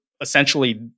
essentially